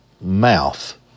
mouth